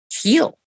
heal